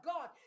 God